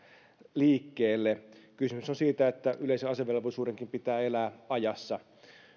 liikkeelle kysymys on siitä että yleisen asevelvollisuudenkin pitää elää ajassa